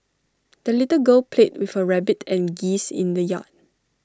the little girl played with her rabbit and geese in the yard